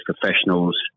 professionals